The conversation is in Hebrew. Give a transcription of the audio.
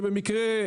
כדי שבמקרה,